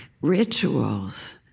rituals